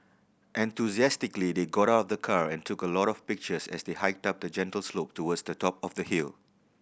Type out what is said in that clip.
enthusiastically they got out of the car and took a lot of pictures as they hiked up a gentle slope towards the top of the hill